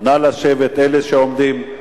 נא לשבת, אלה שעומדים.